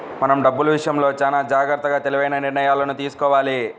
మనం డబ్బులు విషయంలో చానా జాగర్తగా తెలివైన నిర్ణయాలను తీసుకోవాలి